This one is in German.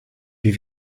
wie